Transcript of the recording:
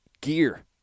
gear